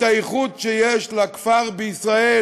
את הייחוד שיש לכפר בישראל,